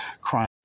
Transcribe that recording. crime